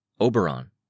Oberon